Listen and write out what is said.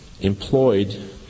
employed